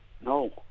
no